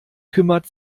kümmert